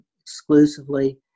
exclusively